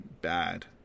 bad